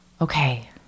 okay